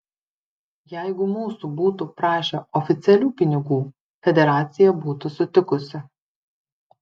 jeigu mūsų būtų prašę oficialių pinigų federacija būtų sutikusi